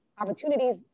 opportunities